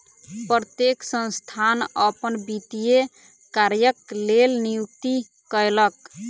प्रत्येक संस्थान अपन वित्तीय कार्यक लेल नियुक्ति कयलक